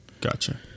gotcha